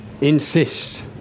insist